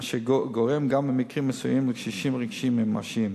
אשר גורם גם במקרים מסוימים לקשיים רגשיים ממשיים.